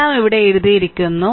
എല്ലാം ഇവിടെ എഴുതിയിരിക്കുന്നു